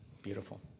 beautiful